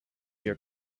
your